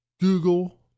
Google